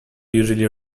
usually